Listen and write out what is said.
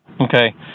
Okay